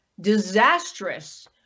disastrous